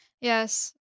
Yes